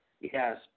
Yes